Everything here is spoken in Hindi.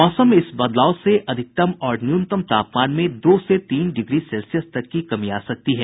मौसम में इस बदलाव से अधिकतम और न्यूनतम तापमान में दो से तीन डिग्री सेल्सियस तक की कमी आ सकती है